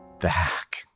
back